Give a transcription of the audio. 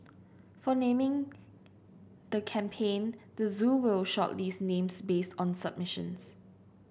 for naming the campaign the zoo will shortlist names based on submissions